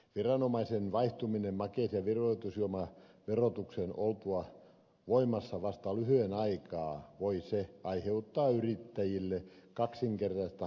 viranomaisen vaihtuminen makeis ja virvoitusjuomaverotuksen oltua voimassa vasta lyhyen aikaa voi aiheuttaa yrittäjille kaksinkertaista hallinnollista taakkaa